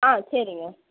ஆ சரிங்க